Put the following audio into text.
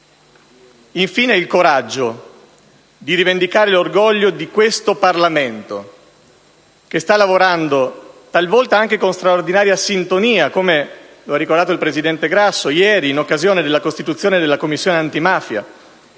Infine, il coraggio di rivendicare l'orgoglio di questo Parlamento che sta lavorando talvolta anche con straordinaria sintonia (come ricordato dal presidente Grasso ieri, in occasione della istituzione della Commissione parlamentare